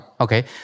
Okay